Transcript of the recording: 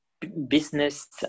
business